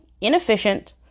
inefficient